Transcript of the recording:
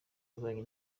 w’ububanyi